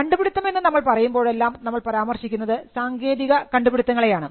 കണ്ടുപിടിത്തം എന്ന് നമ്മൾ പറയുമ്പോഴെല്ലാം നമ്മൾ പരാമർശിക്കുന്നത് സാങ്കേതിക കണ്ടുപിടിത്തങ്ങളെയാണ്